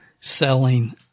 selling